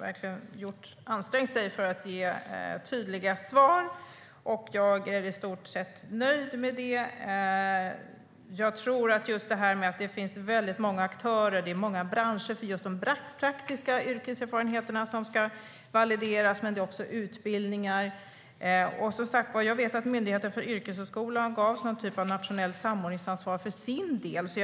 verkligen har ansträngt sig för att ge tydliga svar. Jag är i stort sett nöjd med det. Det finns många aktörer och många branscher för praktiska yrkeserfarenheter som ska valideras men också för utbildningar. Jag vet som sagt att Myndigheten för yrkeshögskolan gavs någon typ av nationellt samordningsansvar för sin del.